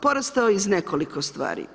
Porastao je iz nekoliko stvari.